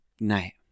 night